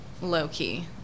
low-key